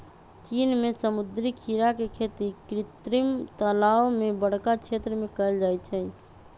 चीन में समुद्री खीरा के खेती कृत्रिम तालाओ में बरका क्षेत्र में कएल जाइ छइ